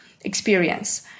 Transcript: experience